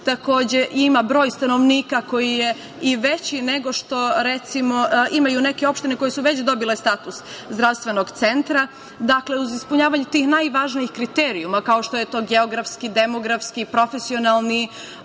takođe ima broj stanovnika koji je i veći nego što, recimo, imaju neke opštine koje su već dobile status zdravstvenog centra. Dakle, uz ispunjavanje tih najvažnijih kriterijuma, kao što je geografski, demografski, profesionalni,